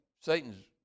Satan's